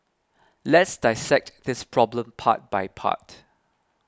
let's dissect this problem part by part